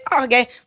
okay